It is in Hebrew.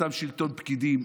אותו שלטון פקידים,